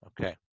Okay